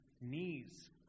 knees